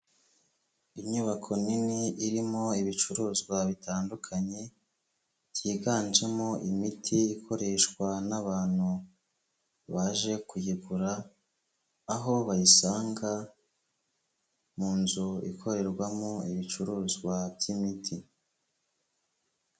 Inyubako nini irimo ibicuruzwa bitandukanye, byiganjemo imiti ikoreshwa n'abantu baje kuyigura, aho bayisanga mu nzu ikorerwamo ibicuruzwa by'imiti.